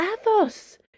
Athos